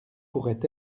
pourraient